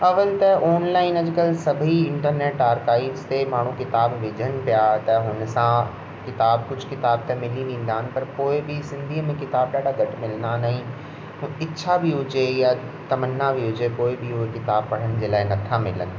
अवल त ऑनलाइन अॼुकल्ह सभी इंटरनेट आरकाइव से माण्हू किताब विझनि पिया त हुन सां किताब कुझु किताब त मिली वेंदा आहिनि पर पोए बि सिंधी में किताब ॾाढा घटि मिलंदा आहिनि ऐं इच्छा बि हुजे या तमन्ना बि हुजे कोई बि हुजे किताब पढ़नि जे लाइ नथा मिलनि